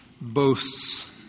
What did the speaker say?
boasts